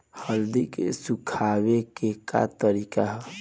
हल्दी के सुखावे के का तरीका ह?